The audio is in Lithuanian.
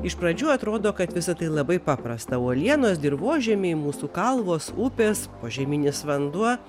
iš pradžių atrodo kad visa tai labai paprasta uolienos dirvožemiai mūsų kalvos upės požeminis vanduo